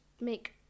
make